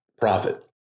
profit